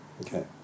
okay